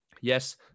yes